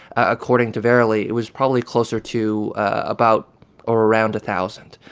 according to verily, it was probably closer to about around a thousand.